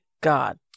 God